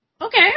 Okay